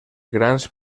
grans